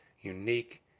unique